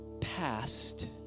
past